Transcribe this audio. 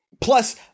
Plus